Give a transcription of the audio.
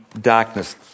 darkness